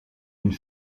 une